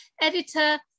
editor